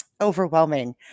overwhelming